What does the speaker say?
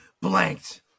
Blanked